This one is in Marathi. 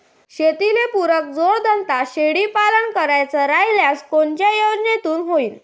शेतीले पुरक जोडधंदा शेळीपालन करायचा राह्यल्यास कोनच्या योजनेतून होईन?